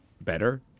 better